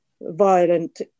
violent